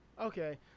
okay